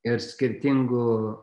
ir skirtingų